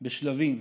בשלבים.